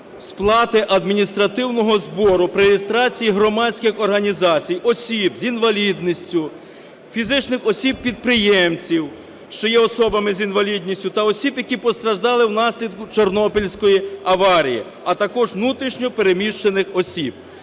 сплати адміністративного збору при реєстрації громадських організацій осіб з інвалідністю, фізичних осіб-підприємців, що є особами з інвалідністю та осіб які постраждали внаслідок Чорнобильської аварії, а також внутрішньо переміщених осіб.